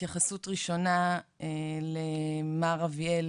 התייחסות ראשונה למר אביאל